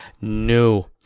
No